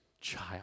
child